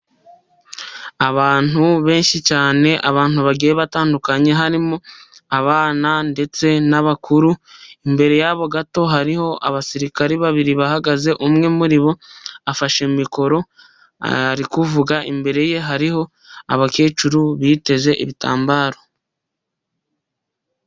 Abantu benshi cyane, abantu bagiye batandukanye harimo abana ndetse n'abakuru. Imbere yabo gato hariho abasirikare babiri bahagaze, umwe muri bo afashe mikoro ari kuvuga, imbere ye hariho abakecuru biteze ibitambaro.